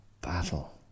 battle